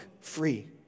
free